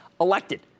elected